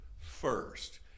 first